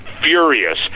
furious